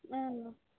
اۭں اۭں